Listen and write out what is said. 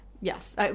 Yes